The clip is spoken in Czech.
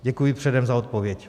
Děkuji předem za odpověď.